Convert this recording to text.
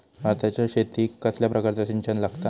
भाताच्या शेतीक कसल्या प्रकारचा सिंचन लागता?